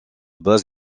base